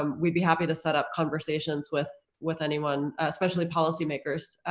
um we'd be happy to set up conversations with with anyone, especially policymakers,